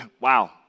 wow